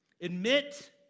Admit